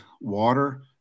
water